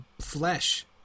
flesh